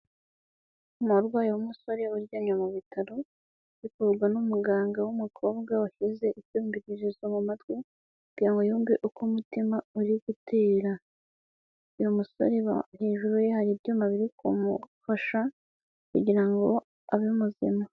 Umurwayi w'umusore uryamye mu bitaro, ari kuvurwa n'umuganga w'umukobwa washyize icyumvirizo mu matwi, kugira ngo ngo yumve uko umutima uri gutera, Uyu musore hejuru ye hari ibyuma biri kumufasha, kugira ngo abe muzima.